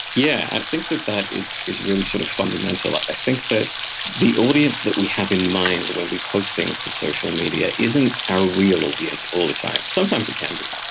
yeah i think that that is is really sort of fundamental. i think. i think that the audience that we have in mind when we post things to social media isn't our real audience all the time. sometimes it can be.